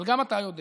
אבל גם אתה יודע